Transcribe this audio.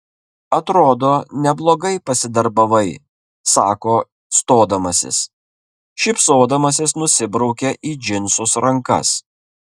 atrodo neblogai pasidarbavai sako stodamasis šypsodamasis nusibraukia į džinsus rankas